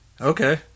Okay